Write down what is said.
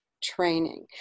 training